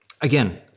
Again